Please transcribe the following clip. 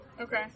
Okay